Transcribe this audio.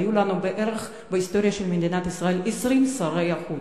היו לנו בהיסטוריה של מדינת ישראל בערך 20 שרי חוץ.